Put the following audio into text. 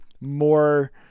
more